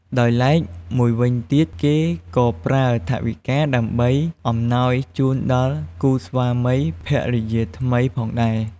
ដោយឡែកមួយវិញទៀត គេក៏ប្រើថវិកា ដើម្បីអំណោយជូនដល់គូស្វាមីភរិយាថ្មីផងដែរ។